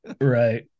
Right